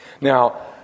Now